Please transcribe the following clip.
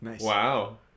Wow